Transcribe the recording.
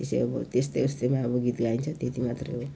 त्यसै अब त्यस्तै उस्तैमा अब गीत गाइन्छ त्यति मात्र हो